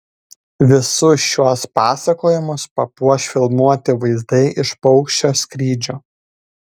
visus šiuos pasakojimus papuoš filmuoti vaizdai iš paukščio skrydžio